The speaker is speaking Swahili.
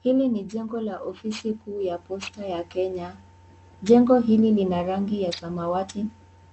Hili ni jengo la ofisi kuu ya Posta ya Kenya. Jengo hili lina rangi ya samawati